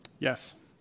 Yes